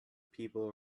people